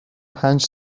پنج